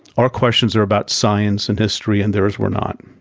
our questions were about science and history, and theirs were not.